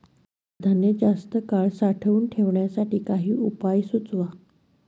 कडधान्य जास्त काळ साठवून ठेवण्यासाठी काही उपाय सुचवा?